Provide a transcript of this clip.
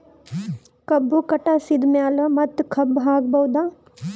ಕಬ್ಬು ಕಟಾಸಿದ್ ಮ್ಯಾಗ ಮತ್ತ ಕಬ್ಬು ಹಾಕಬಹುದಾ?